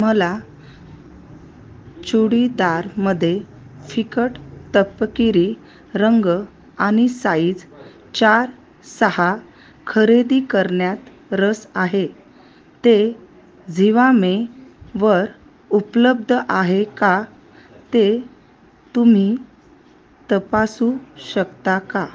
मला चुडीदारमध्ये फिकट तपकिरी रंग आणि साईज चार सहा खरेदी करण्यात रस आहे ते झिवामेवर उपलब्ध आहे का ते तुम्ही तपासू शकता का